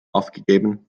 aufgegeben